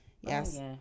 Yes